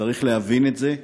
צריך להבין את זה.